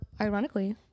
ironically